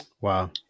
Wow